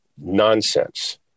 nonsense